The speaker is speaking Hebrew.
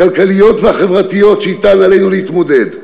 הכלכליות והחברתיות, שאתן עלינו להתמודד,